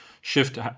shift